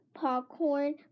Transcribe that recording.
popcorn